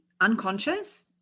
unconscious